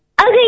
Okay